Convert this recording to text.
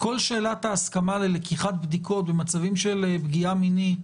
כל שאלת ההסכמה ללקיחת בדיקות במצבים של פגיעה מינית